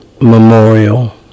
memorial